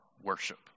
worship